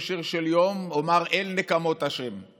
בשיר של יום אומר: "אל נקמות ה'";